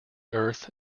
earth